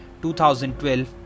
2012